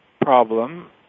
problem